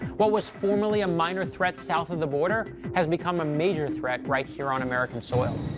what was formerly a minor threat south of the border has become a major threat right here on american soil.